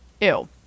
Ew